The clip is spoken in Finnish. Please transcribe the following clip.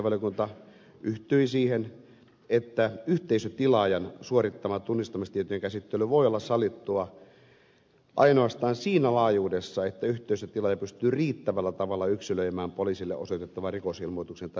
liikennevaliokunta yhtyi siihen että yhteisötilaajan suorittama tunnistamistietojen käsittely voi olla sallittua ainoastaan siinä laajuudessa että yhteisötilaaja pystyy riittävällä tavalla yksilöimään poliisille osoitettavan rikosilmoituksen tai tutkintapyynnön